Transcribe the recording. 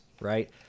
Right